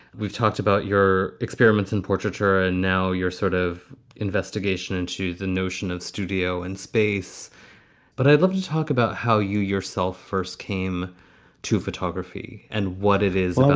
we've talked about your experiments in portraiture and now you're sort of investigation into the notion of studio and space but i'd love to talk about how you yourself first came to photography and what it is and